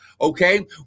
okay